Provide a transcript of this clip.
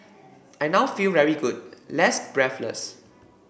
I now feel very good less breathless